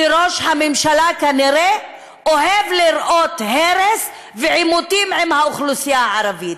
כי ראש הממשלה כנראה אוהב לראות הרס ועימותים עם האוכלוסייה הערבית.